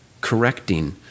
correcting